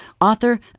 author